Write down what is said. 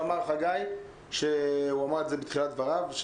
לפי מה שאמר חגי בתחילת דבריו,